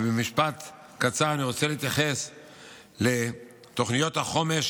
במשפט קצר אני רוצה להתייחס לתוכניות החומש